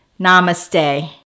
Namaste